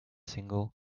single